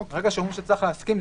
ברגע שאומרים שצריכים להסכים,